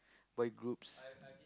boy groups